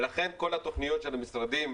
ולכן כל התוכניות של המשרדים,